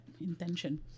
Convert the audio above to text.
intention